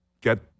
get